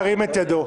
ירים את ידו.